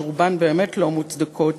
שרובן באמת לא מוצדקות,